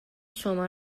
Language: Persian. شما